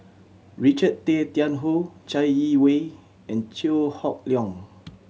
Richard Tay Tian Hoe Chai Yee Wei and Chew Hock Leong